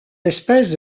espèces